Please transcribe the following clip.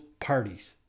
parties